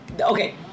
Okay